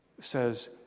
says